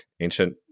ancient